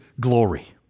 glory